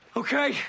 okay